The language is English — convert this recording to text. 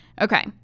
Okay